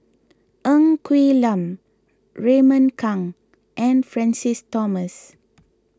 Ng Quee Lam Raymond Kang and Francis Thomas